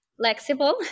flexible